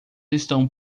estão